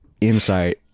insight